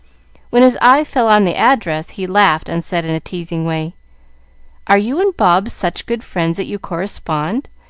when his eye fell on the address, he laughed, and said in a teasing way are you and bob such good friends that you correspond?